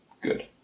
Good